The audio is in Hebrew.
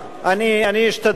אני אשתדל מאוד,